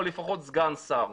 או לפחות סגן שר,